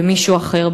במישהו אחר,